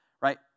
right